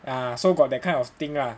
ya ya ya so got that kind of thing ah